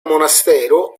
monastero